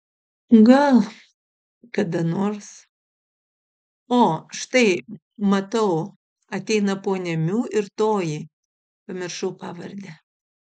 gal kada nors o štai matau ateina ponia miu ir toji pamiršau pavardę